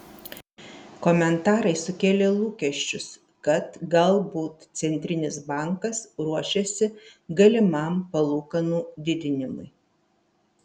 komentarai sukėlė lūkesčius kad galbūt centrinis bankas ruošiasi galimam palūkanų didinimui